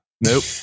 nope